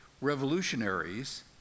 revolutionaries